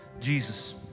Jesus